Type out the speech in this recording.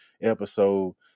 episode